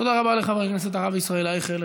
תודה רבה לחבר הכנסת הרב ישראל אייכלר.